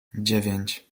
dziewięć